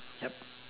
yup